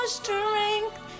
strength